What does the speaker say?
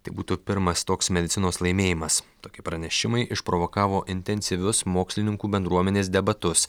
tai būtų pirmas toks medicinos laimėjimas toki pranešimai išprovokavo intensyvius mokslininkų bendruomenės debatus